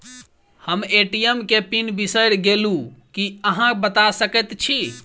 हम ए.टी.एम केँ पिन बिसईर गेलू की अहाँ बता सकैत छी?